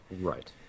Right